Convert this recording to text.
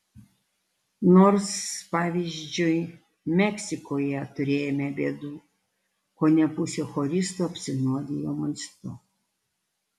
nors pavyzdžiui meksikoje turėjome bėdų kone pusė choristų apsinuodijo maistu